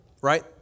Right